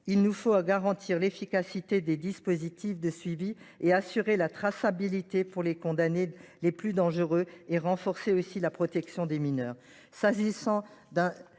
Il nous faut garantir l’efficacité des dispositifs de suivi, assurer la traçabilité des condamnés les plus dangereux et ainsi renforcer la protection des mineurs.